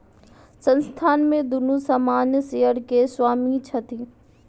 संस्थान में दुनू सामान्य शेयर के स्वामी छथि